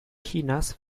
chinas